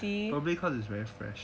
is very fresh